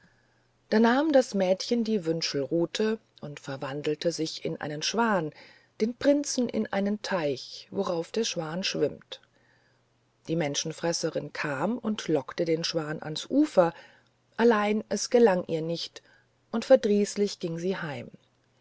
da nahm das mädchen die wünschelruthe und verwandelte sich in einen schwan den prinzen in einen teich worauf der schwan schwimmt die menschenfresserin kam und lockte den schwan ans ufer allein es gelang ihr nicht und verdrießlich ging sie heim